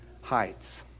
heights